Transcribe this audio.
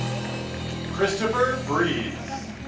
christopher breeze